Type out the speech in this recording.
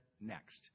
next